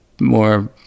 more